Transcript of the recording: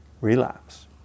relapse